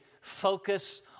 focus